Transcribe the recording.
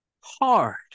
hard